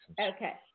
Okay